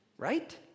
right